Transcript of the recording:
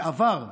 שעברו,